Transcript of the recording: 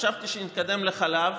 חשבתי שנתקדם לחלב,